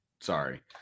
sorry